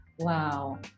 wow